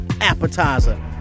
appetizer